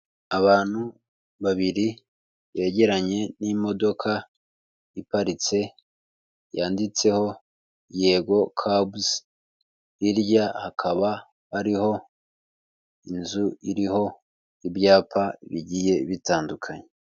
Abantu babiri begeranye n'imodoka iparitse yanditseho yego cabs hirya hakaba hari inzu iriho ibyapa bigiye bitandukanye.